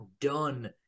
done